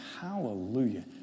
Hallelujah